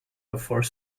before